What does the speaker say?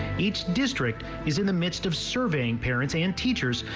each district is in the midst of serving parents and teachers.